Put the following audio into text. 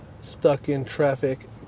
stuck-in-traffic